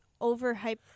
overhyped